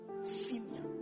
senior